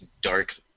dark